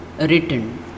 written